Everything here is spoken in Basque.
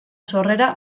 sorrera